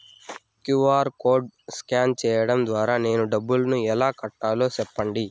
QR code scan సేయడం ద్వారా నేను డబ్బును ఎలా కట్టాలో సెప్పండి?